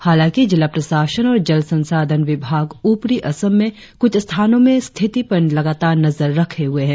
हालाकि जिला प्रशासन और जल संसाधन विभाग ऊपरी असम में कुछ स्थानो में स्थिति पर लगातार नजर रखे हुए है